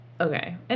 Okay